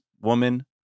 woman